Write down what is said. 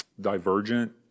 divergent